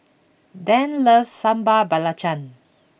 Dan loves Sambal Belacan